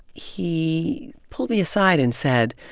he pulled me aside and said,